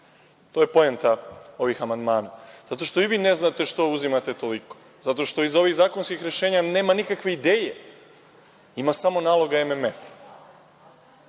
To je poenta ovih amandmana. Zato što i vi ne znate što uzimate toliko. Zato što iz ovih zakonskih rešenja nema nikakve ideje, ima samo naloga